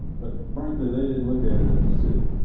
but frankly they didn't look at it as a city.